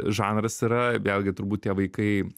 žanras yra vėlgi turbūt tie vaikai